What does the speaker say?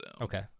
Okay